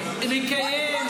אולי תדרוש